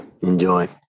Enjoy